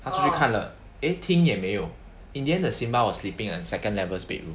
他出去看了也没有 eh 厅也没有 in the end the simba was sleeping on the second level's bedroom